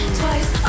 twice